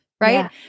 right